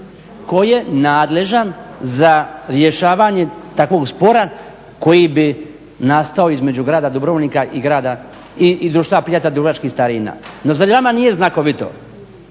tko je nadležan za rješavanje takvog spora koji bi nastao između grada Dubrovnika i Društva prijatelja dubrovačkih starina. No zar vama nije znakovito